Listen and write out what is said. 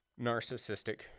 narcissistic